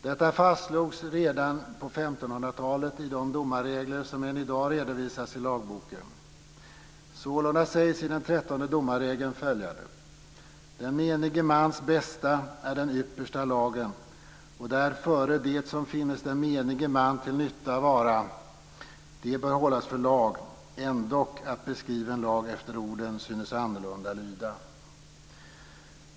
Detta fastslogs redan på 1500 talet i de domarregler som än i dag redovisas i lagboken. Sålunda sägs i den trettonde domarregeln följande: Den menige mans bästa är den yppersta lagen och därföre det som finnes den menige man till nytta vara, det bör hållas för lag, ändock att beskriven lag efter orden synes annorlunda lyda.